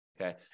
Okay